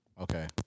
Okay